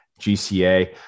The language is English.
GCA